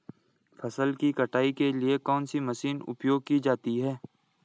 फसल की कटाई के लिए कौन सी मशीन उपयोग की जाती है?